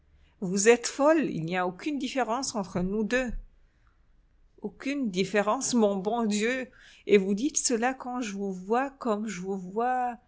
vous êtes folle il n'y a aucune différence entre nous deux aucune différence mon bon dieu et vous dites cela quand je vous vois comme je vous vois